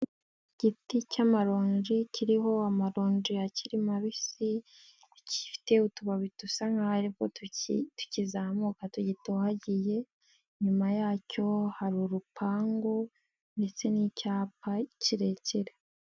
Igiti cy'amaronji kiriho amaronji akiri mabisi, gifite utubabi dusa nkaho aribwo tukizamuka tugitohagiye, inyuma yacyo hari urupangu ndetse n'icyapa kirekire.